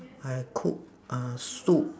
I cook uh soup